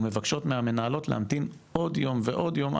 ומבקשות מהמנהלות להמתין עוד יום ועוד יום,